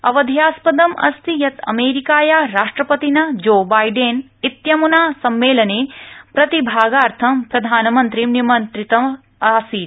अवधेयास्पदम् अस्ति यत् अमेरिकायाः राष्ट्रपतिना जो बायडेन इत्यम्ना सम्मेलने प्रतिभागार्थं प्रधानमन्त्रीं निमन्त्रितः आसीत्